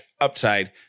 upside